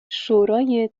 شورای